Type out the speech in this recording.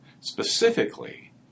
specifically